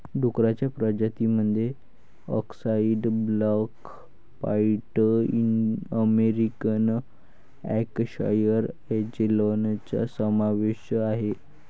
डुक्करांच्या प्रजातीं मध्ये अक्साई ब्लॅक पाईड अमेरिकन यॉर्कशायर अँजेलॉनचा समावेश आहे